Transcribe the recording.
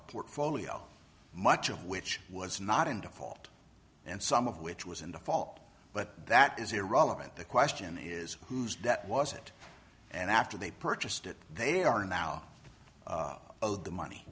a portfolio much of which was not in default and some of which was in default but that is irrelevant the question is whose debt was it and after they purchased it they are now owed the money